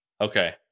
Okay